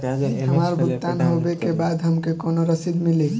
हमार भुगतान होबे के बाद हमके कौनो रसीद मिली?